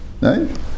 Right